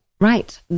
Right